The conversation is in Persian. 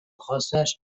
خاصش